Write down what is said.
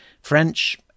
French